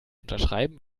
unterschreiben